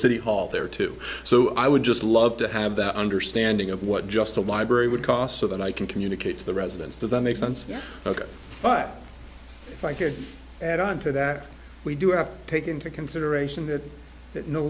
city hall there too so i would just love to have the understanding of what just a library would cost so that i can communicate to the residents does that make sense ok but if i cared and on to that we do have to take into consideration that that know